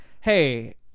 Hey